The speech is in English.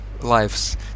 lives